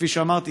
כפי שאמרתי,